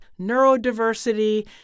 neurodiversity